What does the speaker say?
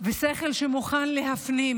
ושכל שמוכן להפנים: